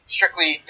Strictly